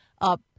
up